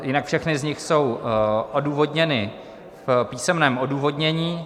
Jinak všechny z nich jsou odůvodněny v písemném odůvodnění.